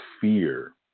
fear